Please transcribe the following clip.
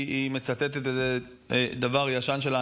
היא מצטטת דבר ישן שלה.